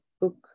book